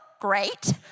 great